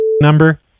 number